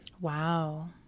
Wow